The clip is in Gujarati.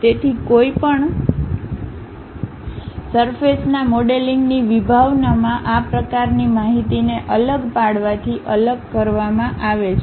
તેથી કોઈપણ સરફેસના મોડેલિંગની વિભાવનામાં આ પ્રકારની માહિતીને અલગ પાડવાથી અલગ કરવામાં આવે છે